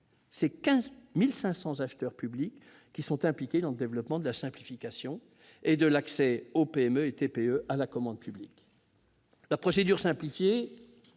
15 000 acheteurs publics impliqués dans le développement de la simplification de l'accès des PME et TPE à la commande publique. La procédure simplifiée